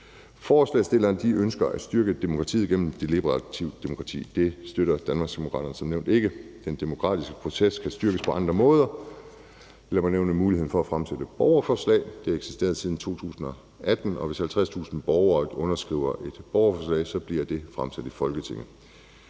Forslagsstillerne ønsker at styrke demokratiet gennem deliberativt demokrati. Det støtter Danmarksdemokraterne som nævnt ikke. Den demokratiske proces kan styrkes på andre måder. Lad mig nævne muligheden for at fremsætte borgerforslag. Det har eksisteret siden 2018, og hvis 50.000 borgere underskriver et borgerforslag, bliver det fremsat i Folketinget.